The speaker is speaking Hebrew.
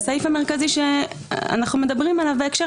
והסעיף המרכזי שאנחנו מדברים עליו בהקשר